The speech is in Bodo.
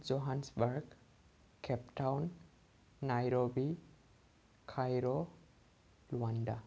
जहान्सबार्ड केपटाउन नायर'बि कायर' माण्डा